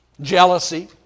Jealousy